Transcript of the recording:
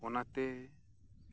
ᱚᱱᱟᱛᱮ